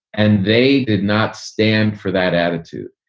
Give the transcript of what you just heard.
and they did not stand for that attitude.